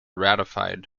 ratified